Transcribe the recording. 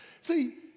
See